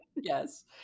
Yes